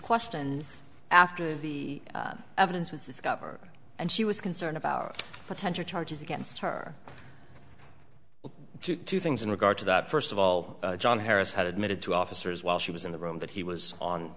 questions after the evidence was discovered and she was concerned about potential charges against her two things in regard to that first of all john harris had admitted to officers while she was in the room that he was on